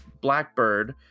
Blackbird